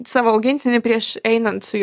savo augintinį prieš einant su juo